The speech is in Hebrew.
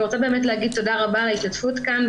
אני רוצה להגיד תודה רבה על ההשתתפות כאן,